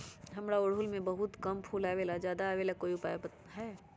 हमारा ओरहुल में बहुत कम फूल आवेला ज्यादा वाले के कोइ उपाय हैं?